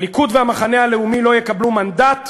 שאם חלילה הליכוד והמחנה הלאומי לא יקבלו מנדט,